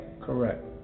correct